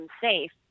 safe